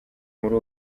muri